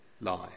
lie